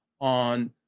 on